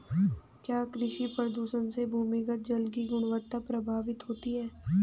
क्या कृषि प्रदूषण से भूमिगत जल की गुणवत्ता प्रभावित होती है?